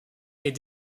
est